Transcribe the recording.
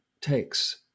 takes